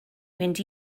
mynd